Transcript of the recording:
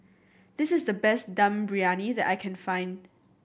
this is the best Dum Briyani that I can find